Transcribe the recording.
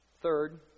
Third